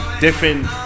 different